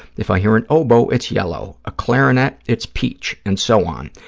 if i hear an oboe, it's yellow. a clarinet, it's peach, and so on.